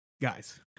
Guys